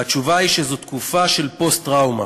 והתשובה היא שזו תקופה של פוסט-טראומה.